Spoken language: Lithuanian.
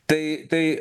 tai tai